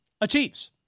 achieves